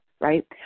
Right